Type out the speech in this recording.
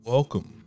Welcome